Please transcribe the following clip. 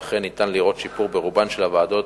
ואכן ניתן לראות שיפור ברוב הוועדות